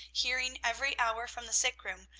hearing every hour from the sickroom,